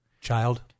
Child